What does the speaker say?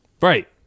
Right